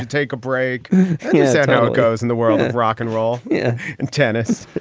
take a break. is that how it goes in the world? rock and roll yeah and tennis.